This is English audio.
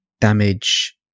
damage